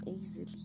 easily